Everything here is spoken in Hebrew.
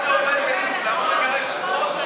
למה הוא מגרש את סמוטריץ?